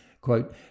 quote